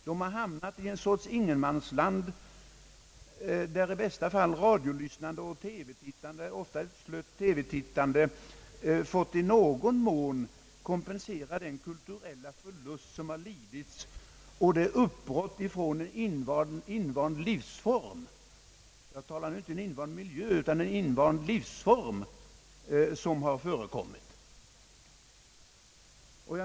De har hamnat i en sorts ingenmansland, där i bästa fall radiolyssnande och TV-tittande — ofta ett slött TV-tittande — fått i någon mån kompensera den kulturella förlust som lidits och det uppbrott från en invand livsform — jag talar nu inte bara om en invand miljö utan om en invand livsform — som har förekommit.